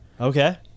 Okay